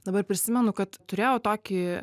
dabar prisimenu kad turėjau tokį